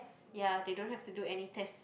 ya they don't have to do any test